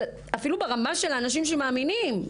אפילו ברמה של אנשים שמאמינים,